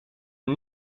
een